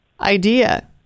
idea